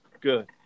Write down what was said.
Good